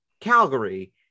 Calgary